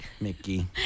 Mickey